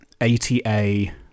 ATA